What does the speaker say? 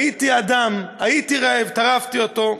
ראיתי אדם, הייתי רעב, טרפתי אותו.